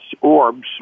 orbs